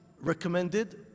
recommended